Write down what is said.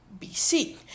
BC